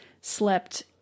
slept